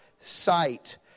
sight